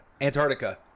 Antarctica